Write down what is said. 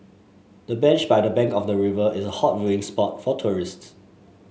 the bench by the bank of the river is a hot viewing spot for tourists